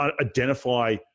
identify